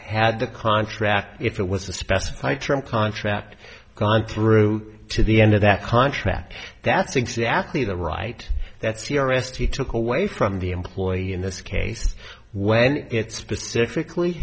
had the contract if it was a specify term contract gone through to the end of that contract that's exactly the right that's the r s t took away from the employee in this case when it specifically